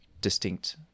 distinct